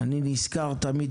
אני נזכר תמיד,